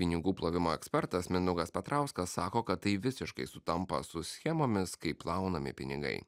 pinigų plovimo ekspertas mindaugas petrauskas sako kad tai visiškai sutampa su schemomis kaip plaunami pinigai